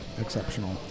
exceptional